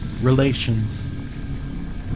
Relations